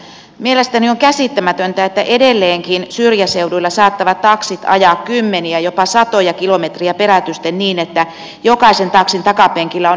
mielestäni on käsittämätöntä että edelleenkin syrjäseuduilla saattavat taksit ajaa kymmeniä jopa satoja kilometrejä perätysten niin että jokaisen taksin takapenkillä on yksi matkustaja